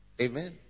amen